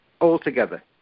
altogether